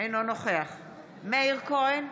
אינו נוכח מאיר כהן,